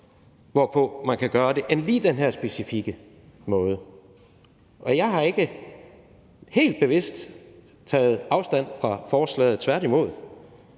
hvorpå man kan gøre det, end lige den her specifikke måde. Og jeg har, helt bevidst, ikke taget afstand fra forslaget, tværtimod.